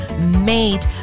made